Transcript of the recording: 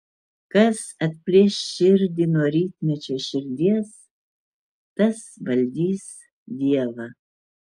kas atplėš širdį nuo rytmečio širdies tas valdys dievą